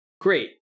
great